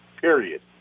period